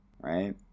right